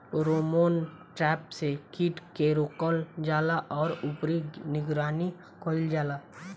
Pheromone trap से कीट के रोकल जाला और ऊपर निगरानी कइल जाला?